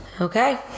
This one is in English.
Okay